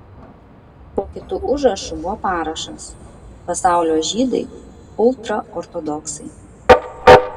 po kitu užrašu buvo parašas pasaulio žydai ultraortodoksai